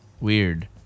weird